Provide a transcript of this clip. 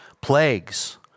plagues